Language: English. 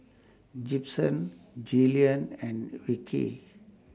Gibson Jillian and Vickey